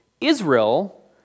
Israel